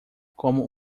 como